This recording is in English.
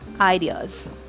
ideas